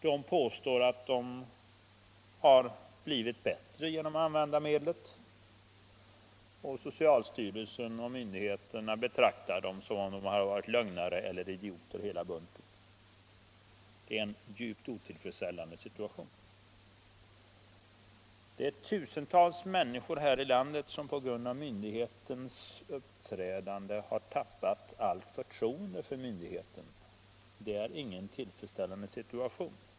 De påstår att de har blivit bättre genom att använda medlet. Socialstyrelsen och myndigheterna betraktar dem som om de vore lögnare eller idioter hela bunten. Det är en djupt otillfredsställande situation. Det är tusentals människor här i landet som på grund av myndighetens uppträdande tappat allt förtroende för myndigheten. Det är ingen tillfredsställande situation.